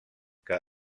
que